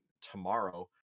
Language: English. tomorrow